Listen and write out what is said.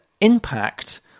impact